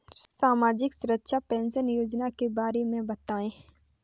सामाजिक सुरक्षा पेंशन योजना के बारे में बताएँ?